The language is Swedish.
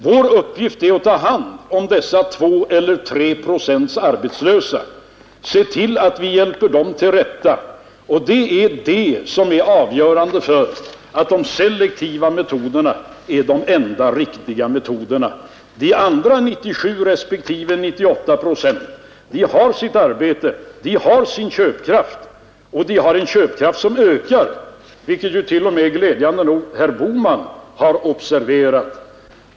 Vår uppgift är att ta 7 december 1971 hand om dessa 2 eller 3 procent arbetslösa och se till att vi hjälper dem =Konjunkturstimutill rätta. Detta är avgörande för att de selektiva metoderna är de enda lerande åtgärder, riktiga. De andra 97 respektive 98 procenten har sitt arbete och sin = Mm.m. köpkraft, och deras köpkraft ökar, vilket t.o.m. herr Bohman glädjande nog har observerat.